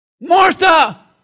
Martha